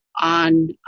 on